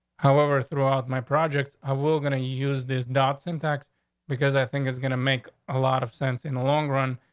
however, throughout my project, ah, we're gonna use this dot syntax because i think it's gonna make a lot of sense in the long run.